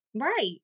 right